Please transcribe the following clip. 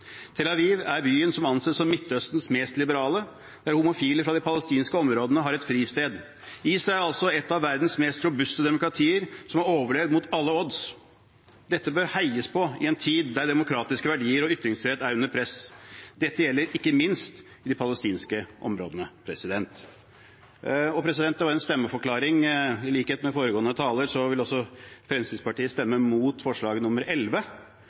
Aviv er byen som anses som Midtøstens mest liberale, der homofile fra de palestinske områdene har et fristed. Israel er altså et av verdens mest robuste demokratier, som har overlevd mot alle odds. Dette bør heies på i en tid der demokratiske verdier og ytringsfrihet er under press. Det gjelder ikke minst i de palestinske områdene. Jeg har en stemmeforklaring. I likhet med foregående taler vil også Fremskrittspartiet stemme mot forslag